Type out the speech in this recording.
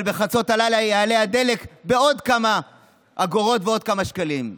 אבל בחצות הלילה יעלה הדלק בעוד כמה אגורות ועוד כמה שקלים.